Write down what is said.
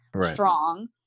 strong